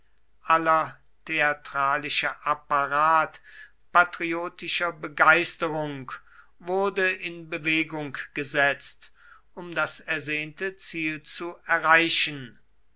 aller theatralische apparat patriotischer begeisterung wurde in bewegung gesetzt um das ersehnte ziel zu erreichen